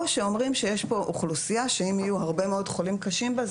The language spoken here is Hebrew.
או שאומרים שיש פה אוכלוסייה שאם יהיו הרבה מאוד חולים קשים בה,